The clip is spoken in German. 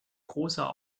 großer